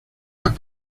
las